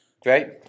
great